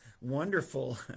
wonderful